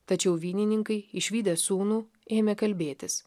tačiau vynininkai išvydę sūnų ėmė kalbėtis